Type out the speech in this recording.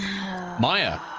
Maya